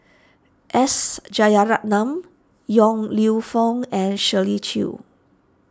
S Yong Lew Foong and Shirley Chew